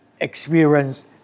experience